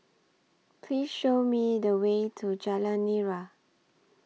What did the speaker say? Please Show Me The Way to Jalan Nira